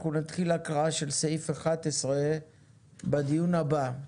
אנחנו נתחיל הקראה של סעיף 11 בדיון הבא,